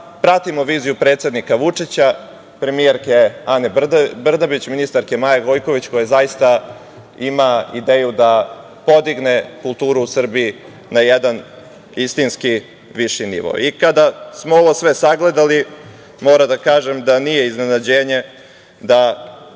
pratimo viziju predsednika Vučića, premijerke Ane Brnabić, ministarke Maje Gojković, koja zaista ima ideju da podigne kulturu u Srbiji na jedan istinski viši nivo.ѕKada smo ovo sve sagledali, moram da kažem da nije iznenađenje da